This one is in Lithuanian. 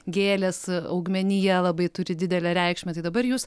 gėlės augmenija labai turi didelę reikšmę tai dabar jūs